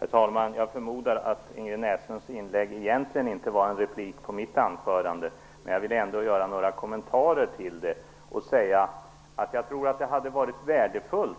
Herr talman! Jag förmodar att Ingrid Näslunds inlägg egentligen inte var en replik på mitt anförande, men jag vill ändå göra några kommentarer till det och säga att jag tror att det hade varit värdefullt